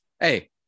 hey